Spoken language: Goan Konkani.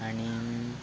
आनी